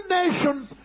nations